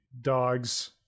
dogs